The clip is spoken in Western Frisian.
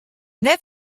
net